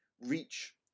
reach